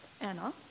Anna